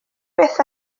byth